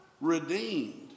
Redeemed